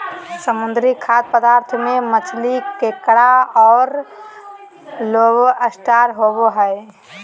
समुद्री खाद्य पदार्थ में मछली, केकड़ा औरो लोबस्टर होबो हइ